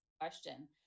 question